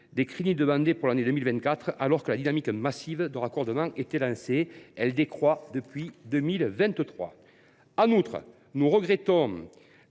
des crédits demandés pour l’année 2024. Alors que la dynamique massive de raccordement était lancée, elle décroît depuis 2023. En outre, nous regrettons